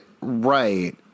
right